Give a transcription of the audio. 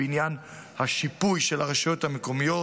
בעניין השיפוי של הרשויות המקומיות.